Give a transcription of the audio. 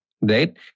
right